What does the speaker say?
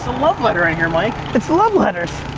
love letter in here, mike. it's love letters.